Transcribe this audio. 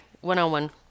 one-on-one